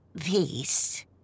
Peace